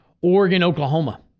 Oregon-Oklahoma